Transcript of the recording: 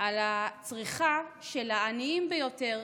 על הצריכה של העניים ביותר,